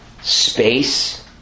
Space